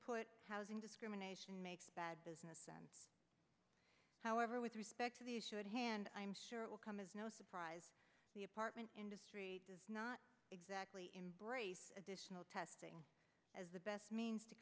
put housing discrimination makes bad business however with respect to the issue at hand i'm sure it will come as no surprise the apartment industry does not exactly embrace additional testing as the best means to